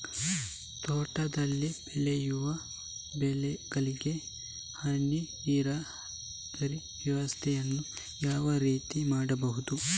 ತೋಟದಲ್ಲಿ ಬೆಳೆಯುವ ಬೆಳೆಗಳಿಗೆ ಹನಿ ನೀರಿನ ವ್ಯವಸ್ಥೆಯನ್ನು ಯಾವ ರೀತಿಯಲ್ಲಿ ಮಾಡ್ಬಹುದು?